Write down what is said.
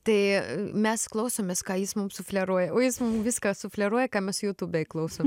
tai mes klausomės ką jis mum sufleruoja o jis mum viską sufleruoja ką mes jutūbėj klausom